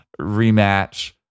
rematch